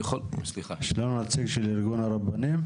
יש לנו נציג של ארגון הרבנים?